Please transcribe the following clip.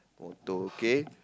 motto okay